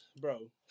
bro